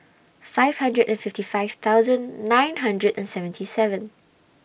five hundred and fifty five thousand nine hundred and seventy seven